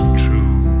true